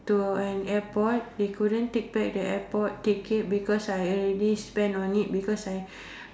to an airport they couldn't take back the airport ticket because I already spend on it because I